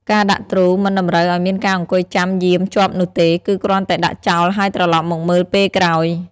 ការដាក់ទ្រូ មិនតម្រូវឲ្យមានការអង្គុយចាំយាមជាប់នោះទេ គឺគ្រាន់តែដាក់ចោលហើយត្រឡប់មកមើលពេលក្រោយ។